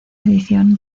edición